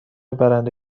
برنده